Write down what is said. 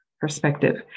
perspective